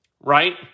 right